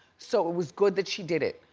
so it was good that she did it.